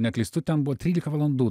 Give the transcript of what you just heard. neklystu ten buvo trylika valandų